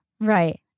Right